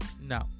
no